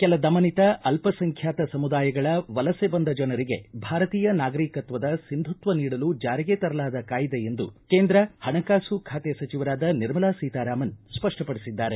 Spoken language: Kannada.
ಕೆಲ ದಮನಿತ ಅಲ್ಲಸಂಖ್ಯಾತ ಸಮುದಾಯಗಳ ವಲಸೆ ಬಂದ ಜನರಿಗೆ ಭಾರತೀಯ ನಾಗರಿಕತ್ವದ ಸಿಂಧುತ್ವ ನೀಡಲು ಜಾರಿಗೆ ತರಲಾದ ಕಾಯ್ದೆ ಎಂದು ಕೇಂದ್ರ ಹಣಕಾಸು ಖಾತೆ ಸಚಿವರಾದ ನಿರ್ಮಲಾ ಸೀತಾರಾಮನ್ ಸ್ಪಷ್ಟಪಡಿಸಿದ್ದಾರೆ